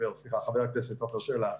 חבר הכנסת עפר שלח,